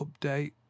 update